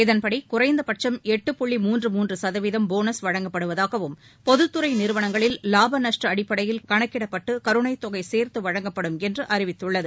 இதன்படி குறைந்தபட்சம் எட்டு புள்ளி முன்று முன்று சதவீதம் போனஸ் வழங்கப்படுவதாகவும் பொதுத்துறை நிறுவனங்களில் லாப நஷ்ட அடிப்படையில் கணக்கிடப்பட்டு கருணைத் தொகை சேர்த்து வழங்கப்படும் என்று அறிவித்துள்ளது